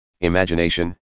imagination